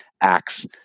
acts